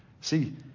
See